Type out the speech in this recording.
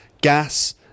gas